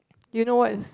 do you know what is